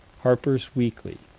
harper's weekly,